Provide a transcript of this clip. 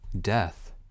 Death